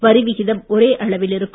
வரி விகிதம் ஓரே அளவில் இருக்கும்